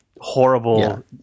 Horrible